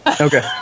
Okay